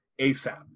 ASAP